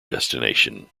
destination